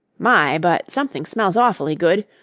my, but something smells awfully good.